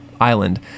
Island